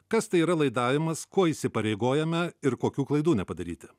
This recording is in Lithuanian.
kas tai yra laidavimas kuo įsipareigojome ir kokių klaidų nepadaryti